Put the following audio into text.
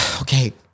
Okay